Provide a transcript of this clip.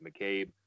McCabe